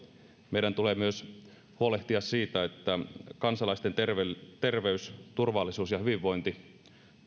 meidän tulee myös huolehtia siitä että kansalaisten terveys terveys turvallisuus ja hyvinvointi